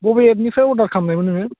बबे एपनिफ्राय अर्डार खालामनायमोन नोङो